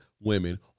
women